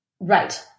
Right